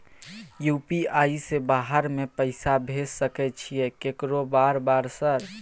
UPI से बाहर में पैसा भेज सकय छीयै केकरो बार बार सर?